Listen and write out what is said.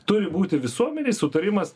turi būti visuomenėj sutarimas